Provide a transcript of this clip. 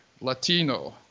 Latino